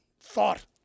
thought